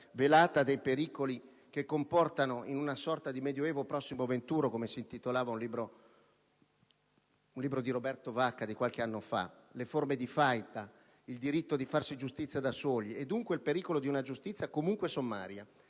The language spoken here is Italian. velata dei pericoli che comportano (in una sorta di medioevo prossimo venturo, come si intitolava un libro di Roberto Vacca di qualche anno fa) le forme di faida, il diritto di farsi giustizia da soli, e dunque il pericolo di una giustizia comunque sommaria.